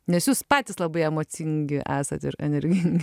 nes jūs patys labai emocingi esate ir energingi